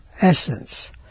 essence